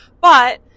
But-